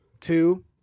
two